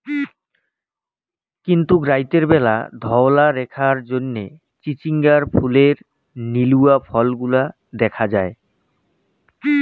কিন্তুক রাইতের ব্যালা ধওলা রেখার জইন্যে চিচিঙ্গার ফুলের নীলুয়া ফলগুলা দ্যাখ্যাং যাই